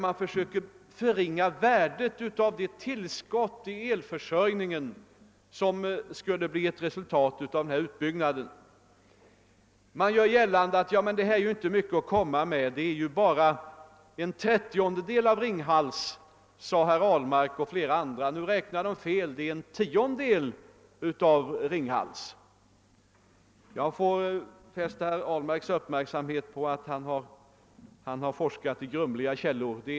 Man försöker förringa värdet av det tillskott till elkraftförsörjningen som skulle bli ett resultat av den föreslagna utbyggnaden. Man gör gällande att Ritsemprojektet inte är mycket att komma med. Det ger bara en trettiondel av Ringhals effekt, sade herr Ahlmark och flera andra. Men de räknade fel. Det ger en tiondel av Ringhals aktuella effekt. Jag vill alltså fästa herr Ahlmarks uppmärksamhet på att han har forskat i grumliga källor.